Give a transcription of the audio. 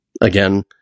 Again